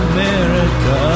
America